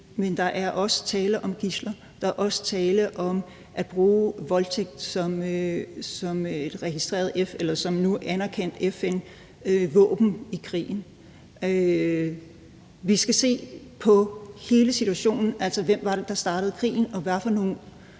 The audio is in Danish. men der er også tale om gidsler, og der er også tale om, som FN har sagt, at bruge voldtægt som et våben i krigen. Vi skal se på hele situationen, altså hvem det var, der startede krigen, og hvad for nogle